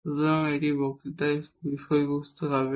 সুতরাং এটি পরবর্তী বক্তৃতার বিষয়বস্তু হবে